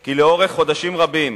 כי חודשים רבים